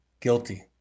guilty